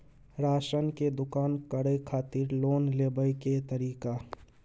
Ration के दुकान करै खातिर लोन लेबै के तरीका?